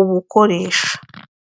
ubukoresha.